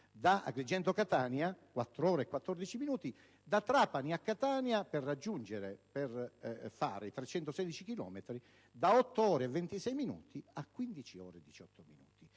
da Agrigento a Catania 4 ore e 14 minuti, da Trapani a Catania per percorrere 316 chilometri occorrono da 8 ore e 26 minuti a 15 ore e 18 minuti.